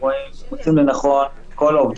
משום שחוק